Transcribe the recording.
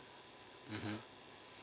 mmhmm